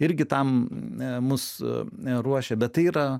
irgi tam mus ruošia bet tai yra